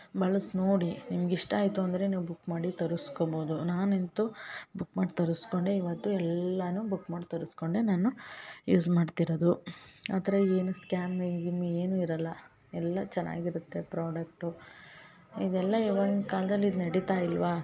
ಬಳ್ಸಿ ನೋಡಿ ನಿಮ್ಗೆ ಇಷ್ಟ ಆಯಿತು ಅಂದರೆ ನೀವು ಬುಕ್ ಮಾಡಿ ತರಸ್ಕೋಬೌದು ನಾನೆಂತೂ ಬುಕ್ ಮಾಡಿ ತರಸ್ಕೊಂಡೆ ಇವತ್ತು ಎಲ್ಲಾನು ಬುಕ್ ಮಾಡಿ ತರಸ್ಕೊಂಡೆ ನಾನು ಯೂಸ್ ಮಾಡ್ತಿರದು ಆ ಥರ ಏನು ಸ್ಕ್ಯಾಮೆ ಗೀಮೆ ಏನು ಇರಲ್ಲ ಎಲ್ಲ ಚೆನ್ನಾಗಿರತ್ತೆ ಪ್ರಾಡಕ್ಟು ಇದೆಲ್ಲ ಇವಾಗಿನ ಕಾಲ್ದಲ್ಲಿ ಇದು ನಡಿತಾ ಇಲ್ಲವಾ